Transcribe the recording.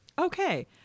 okay